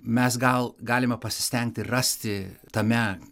mes gal galime pasistengti rasti tame